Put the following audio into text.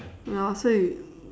ya so it